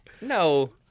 No